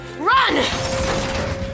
Run